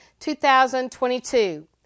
2022